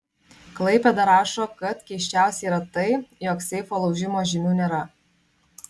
klaipėda rašo kad keisčiausia yra tai jog seifo laužimo žymių nėra